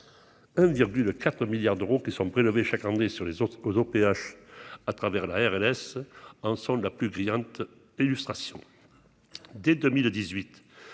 4 milliards d'euros qui sont prélevés chaque année sur les autres causes OPH à travers la RLS en ensemble la plus criante illustration